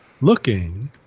looking